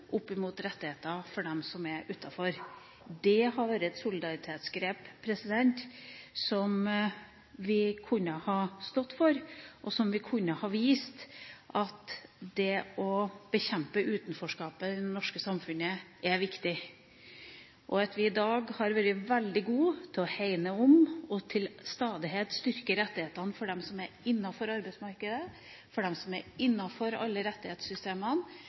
rettigheter til sykelønn – rettighetene til dem som er utenfor. Det hadde vært et solidaritetsgrep som vi kunne ha stått for, og der vi kunne ha vist at det å bekjempe utenforskapet i det norske samfunnet er viktig. Vi har i dag vært veldig gode til å hegne om og til stadighet styrke rettighetene for dem som er innenfor arbeidsmarkedet, for dem som er innenfor alle rettighetssystemene,